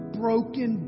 broken